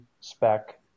spec